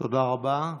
תודה רבה.